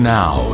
now